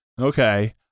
Okay